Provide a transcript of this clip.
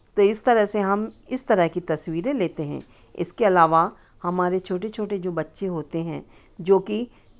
तो इस तरह से हम इस तरह की तस्वीरें लेते हैं इसके अलावा हमारे छोटे छोटे जो बच्चे होते हैं जोकि